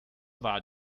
war